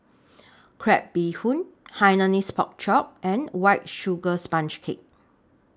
Crab Bee Hoon Hainanese Pork Chop and White Sugar Sponge Cake